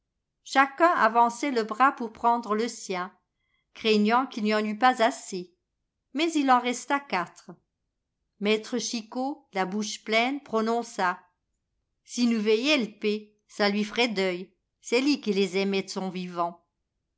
chacun avançait le bras pour prendre e sien craignant qu'il n'y en eût pas assez mais il en resta quatre maître chicot la bouche pleine prononça s'i nous véyait l'pé ça lui ferait deuil c'est li qui les aimait d son vivant